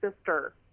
sister